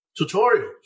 tutorials